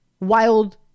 wild